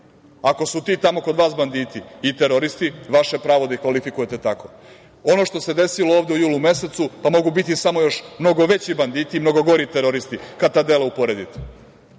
Ako si ti tu tamo kod vas banditi i teroristi, vaše pravo da ih kritikujete tako. Ono što se desilo ovde u julu mesecu mogu biti još mnogo veći banditi, mnogo gori teroristi kad ta dela uporedite.